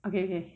okay okay